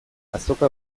azoka